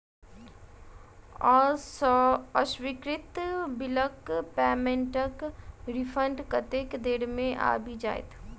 अस्वीकृत बिलक पेमेन्टक रिफन्ड कतेक देर मे आबि जाइत?